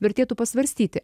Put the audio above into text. vertėtų pasvarstyti